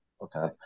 Okay